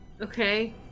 Okay